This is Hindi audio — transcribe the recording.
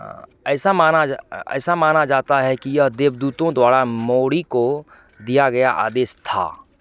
ऐसा माना जा ऐसा माना जाता है कि यह देवदूतों द्वारा मौरी को दिया गया आदेश था